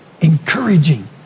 encouraging